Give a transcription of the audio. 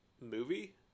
Movie